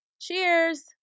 Cheers